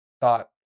thought